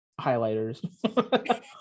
highlighters